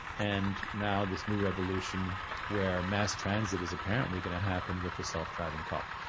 and now this new revolution where mass transit is apparently gonna happen with the self-driving car.